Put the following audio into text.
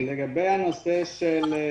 לגבי השאלה